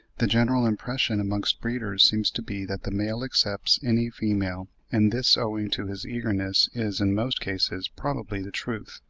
the general impression amongst breeders seems to be that the male accepts any female and this owing to his eagerness, is, in most cases, probably the truth.